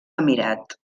emirat